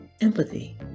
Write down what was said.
empathy